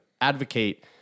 advocate